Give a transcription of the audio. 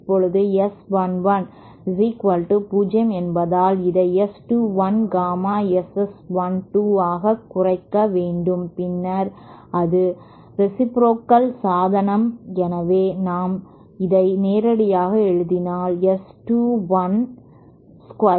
இப்போது S 1 1 0 என்பதால் இதை S 2 1 காமா S S 1 2 ஆகக் குறைக்க வேண்டும் பின்னர் அது ரேசிப்ரோகல் சாதனம் எனவே நான் இதை நேரடியாக எழுதினால் S 2 12 பெற்றோம்